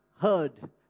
heard